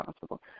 possible